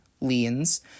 leans